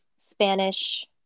spanish